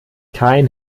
kein